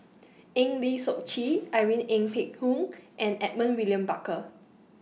Eng Lee Seok Chee Irene Ng Phek Hoong and Edmund William Barker